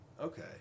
Okay